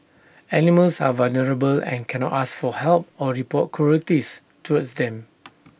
animals are vulnerable and cannot ask for help or report cruelties towards them